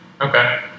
Okay